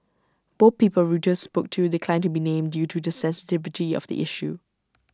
both people Reuters spoke to declined to be named due to the sensitivity of the issue